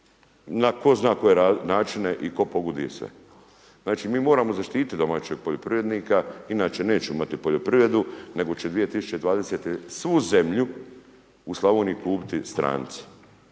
na tko zna koje načine i pogoduje se. Znači mi moramo zaštititi domaćeg poljoprivrednika inače nećemo imati poljoprivredu nego će 2020. svu zemlju u Slavoniji kupiti stranci.